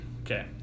Okay